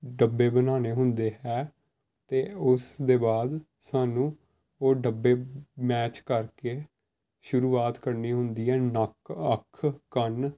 ਡੱਬੇ ਬਣਾਉਣੇ ਹੁੰਦੇ ਹੈ ਅਤੇ ਉਸ ਦੇ ਬਾਅਦ ਸਾਨੂੰ ਉਹ ਡੱਬੇ ਮੈਚ ਕਰਕੇ ਸ਼ੁਰੂਆਤ ਕਰਨੀ ਹੁੰਦੀ ਹੈ ਨੱਕ ਅੱਖ ਕੰਨ